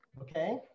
Okay